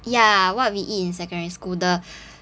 ya what we eat in secondary school the